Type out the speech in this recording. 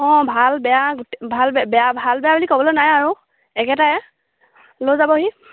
অঁ ভাল বেয়া গোট ভাল বেয়া ভাল বেয়া বুলি ক'বলৈ নাই আৰু একেটাই লৈ যাবহি